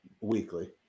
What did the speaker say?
weekly